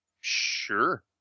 Sure